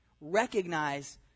Recognize